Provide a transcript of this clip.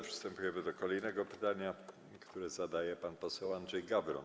Przechodzimy do kolejnego pytania, które zadaje pan poseł Andrzej Gawron.